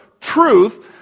truth